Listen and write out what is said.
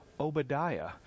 Obadiah